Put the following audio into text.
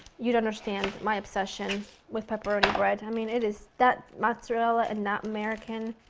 you would understand my obsession with pepperoni bread i mean it is that mozzarella and that american.